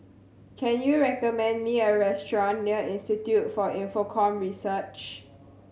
can you recommend me a restaurant near Institute for Infocomm Research